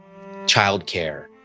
childcare